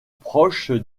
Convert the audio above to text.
proche